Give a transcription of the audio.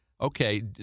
Okay